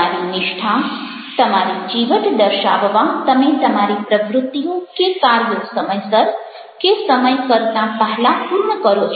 તમારી નિષ્ઠા તમારી ચીવટ દર્શાવવા તમે તમારી પ્રવૃત્તિઓ કે કાર્યો સમયસર કે સમય કરતાં પહેલા પૂર્ણ કરો છો